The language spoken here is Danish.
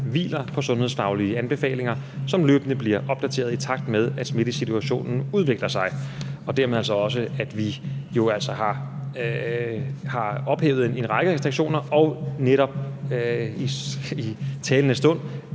hviler på sundhedsfaglige anbefalinger, som løbende bliver opdateret, i takt med at smittesituationen udvikler sig, og dermed altså også at vi har ophævet en række restriktioner og netop i talende stund